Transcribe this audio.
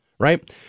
Right